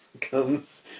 comes